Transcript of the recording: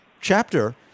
chapter